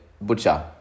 Butcher